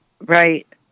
Right